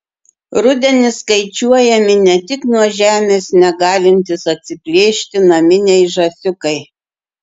rudenį skaičiuojami ne tik nuo žemės negalintys atsiplėšti naminiai žąsiukai